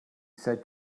said